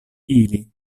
ili